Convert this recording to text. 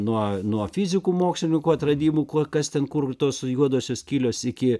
nuo nuo fizikų mokslininkų atradimų kuo kas ten kur tos juodosios skylės iki